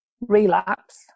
relapse